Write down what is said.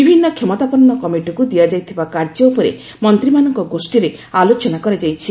ବିଭିନ୍ନ କ୍ଷମତାପନ୍ନ କମିଟିକୁ ଦିଆଯାଇଥିବା କାର୍ଯ୍ୟ ଉପରେ ମନ୍ତ୍ରୀମାନଙ୍କ ଗୋଷ୍ଠୀରେ ଆଲୋଚନା କରାଯାଇଛି